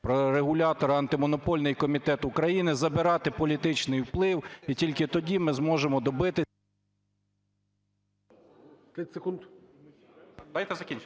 регулятора – Антимонопольний комітет України, забирати політичний вплив і тільки тоді ми зможемо добитися...